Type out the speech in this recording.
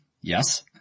Yes